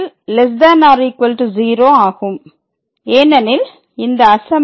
≤ 0 ஆகும் ஏனெனில் இந்த அசமனி ≥ 0